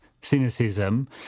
cynicism